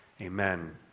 Amen